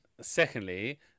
secondly